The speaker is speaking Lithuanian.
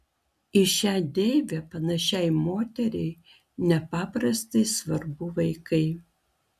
į šią deivę panašiai moteriai nepaprastai svarbu vaikai